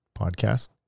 podcast